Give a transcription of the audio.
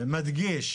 מדגיש